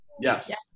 Yes